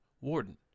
Warden